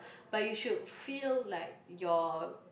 but you should feel like your